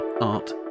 art